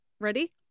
Ready